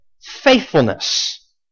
faithfulness